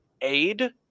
aid